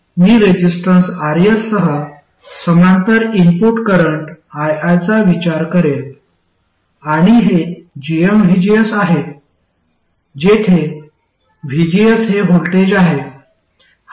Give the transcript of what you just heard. मी resistance Rs सह समांतर input current ii चा विचार करेल आणि हे gmvgs आहे जेथे vgs हे व्होल्टेज आहे